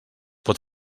pot